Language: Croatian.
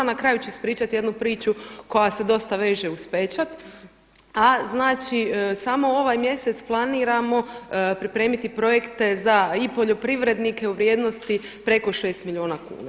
Na kraju ću ispričati jednu priču koja se dosta veže uz pečat, a znači samo ovaj mjesec planiramo pripremiti projekte za i poljoprivrednike u vrijednosti preko 6 milijuna kuna.